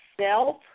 self